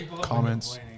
comments